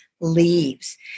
leaves